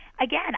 Again